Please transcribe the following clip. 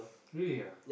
really ah